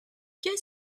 qu’est